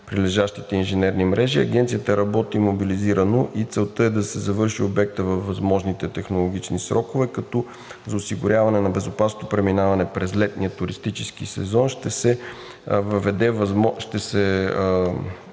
прилежащите инженерни мрежи Агенцията работи мобилизирано. Целта е да се завърши обектът във възможните технологични срокове, като за осигуряване на безопасното преминаване през летния туристически сезон ще се направи възможно